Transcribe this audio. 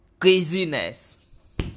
craziness